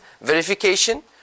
verification